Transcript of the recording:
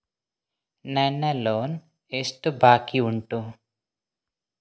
ನನ್ನ ಲೋನ್ ಎಷ್ಟು ಬಾಕಿ ಉಂಟು?